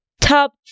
Top